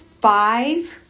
Five